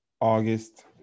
August